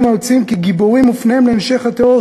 היוצאים כגיבורים ופניהם להמשך הטרור,